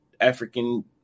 African